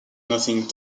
nothing